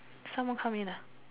someone come in ah